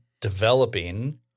developing